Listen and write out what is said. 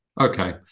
Okay